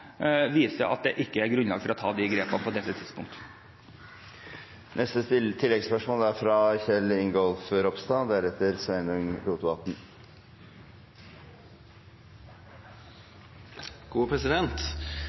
viser at det ikke er grunnlag for å ta de grepene på dette tidspunkt. Kjell Ingolf Ropstad – til oppfølgingsspørsmål. En av arbeidsministerens viktigste oppgaver er